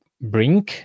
bring